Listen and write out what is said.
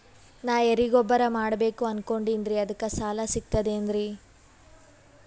ನಾ ಎರಿಗೊಬ್ಬರ ಮಾಡಬೇಕು ಅನಕೊಂಡಿನ್ರಿ ಅದಕ ಸಾಲಾ ಸಿಗ್ತದೇನ್ರಿ?